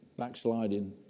backsliding